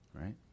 right